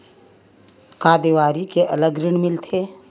का देवारी के अलग ऋण मिलथे?